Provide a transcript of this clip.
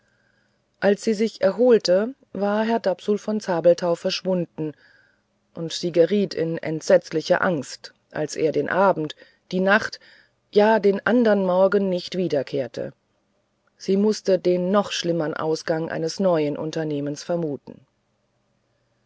als sie sich erholte war herr dapsul von zabelthau verschwunden und sie geriet in entsetzliche angst als er den abend die nacht ja den andern morgen nicht wiederkehrte sie mußte den noch schlimmern ausgang eines neuen unternehmens vermuten